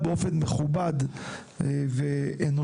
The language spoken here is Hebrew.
באופן מכובד ואנושי.